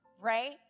right